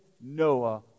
Noah